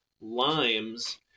limes